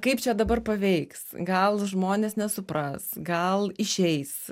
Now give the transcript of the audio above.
kaip čia dabar paveiks gal žmonės nesupras gal išeis